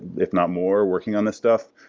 if not more, working on this stuff.